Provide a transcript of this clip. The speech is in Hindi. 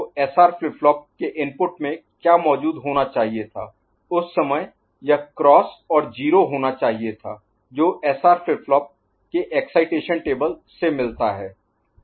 तो SR फ्लिप फ्लॉप के इनपुट में क्या मौजूद होना चाहिए था उस समय यह क्रॉस और 0 होना चाहिए था जो एसआर फ्लिप फ्लॉप के एक्साइटेशन टेबल से मिलता है